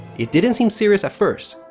it didn't seem serious at first.